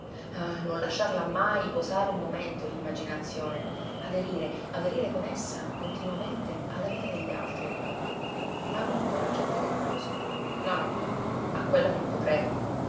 ah non lasciarla mai posare un momento limmaginazione aderire aderire con essa continuamente alla vita degli altri ma non della gente che conosco no no a quella non potrei